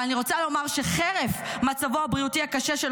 אבל אני רוצה לומר שחרף מצבו הבריאותי הקשה של